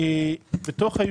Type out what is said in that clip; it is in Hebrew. בהתחלה,